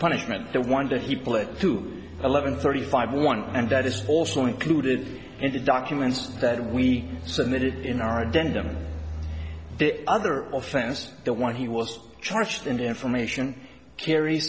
punishment the one that he pled to eleven thirty five one and that is also included in the documents that we submitted in our identify the other offenses the one he was charged and information carries